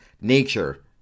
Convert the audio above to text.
nature